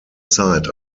zeit